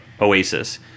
Oasis